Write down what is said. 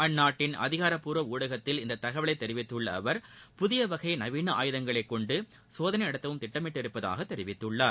அந்நாட்டின் அதிகாரப்பூர்வ ஊடகத்தில் இத்தகவலை தெரிவித்துள்ள அவர் புதிய வகை நவீன ஆயுதங்களை கொண்டு சோதனை நடத்தவும் திட்டமிட்டுள்ளதாக தெரிவித்துள்ளார்